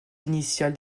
initiales